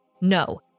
No